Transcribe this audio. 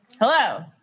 Hello